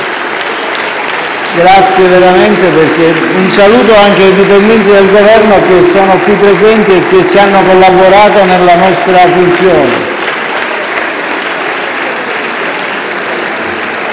si leva in piedi)*. Un saluto anche ai componenti del Governo che sono qui presenti e che hanno collaborato nella nostra funzione.